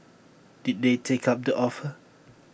did they take up the offer